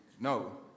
No